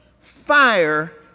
fire